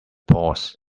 pours